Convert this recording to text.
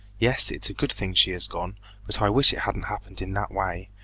yes, it's a good thing she has gone but i wish it hadn't happened in that way.